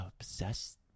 obsessed